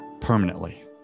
permanently